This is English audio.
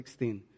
16